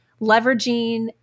Leveraging